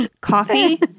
coffee